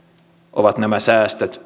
ovat nämä säästöt